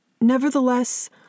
Nevertheless